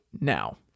now